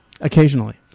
Occasionally